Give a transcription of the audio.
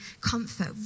comfort